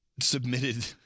submitted